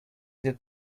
that